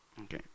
Okay